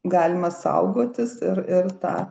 galime saugotis ir ir tą